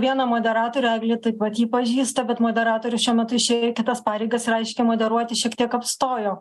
vieną moderatorių eglė taip pat jį pažįsta bet moderatorius šiuo metu išėjo į kitas pareigas reiškia moderuoti šiek tiek apstojo